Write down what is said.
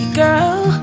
girl